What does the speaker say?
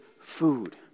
food